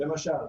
למשל.